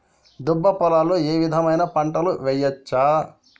దుబ్బ పొలాల్లో ఏ విధమైన పంటలు వేయచ్చా?